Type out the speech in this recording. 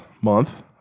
month